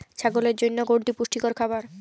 ছাগলের জন্য কোনটি পুষ্টিকর খাবার?